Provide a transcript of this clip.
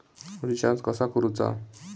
Recharge कसा करूचा?